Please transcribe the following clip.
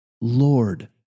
Lord